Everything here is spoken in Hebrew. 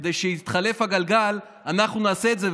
כדי שכשיתחלף הגלגל אנחנו נעשה את זה,